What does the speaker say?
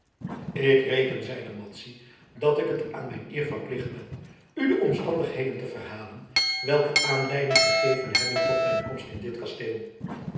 ik reken zeide madzy dat ik het aan mijn eer verplicht ben u de omstandigheden te verhalen welke aanleiding gegeven hebben tot mijn komst in dit kasteel